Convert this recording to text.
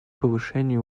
повышению